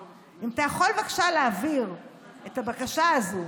אם אתה יכול בבקשה להעביר את הבקשה הזו